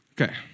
Okay